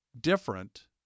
different